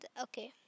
okay